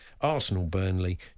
Arsenal-Burnley